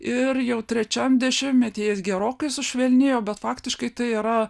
ir jau trečiam dešimtmetyje jis gerokai sušvelnėjo bet faktiškai tai yra